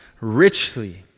richly